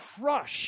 crush